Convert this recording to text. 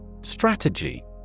Strategy